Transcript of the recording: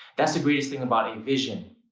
that's the greatest thing about a vision.